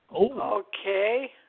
Okay